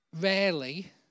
rarely